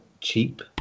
cheap